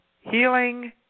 Healing